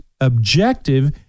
objective